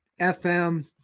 FM